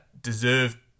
deserve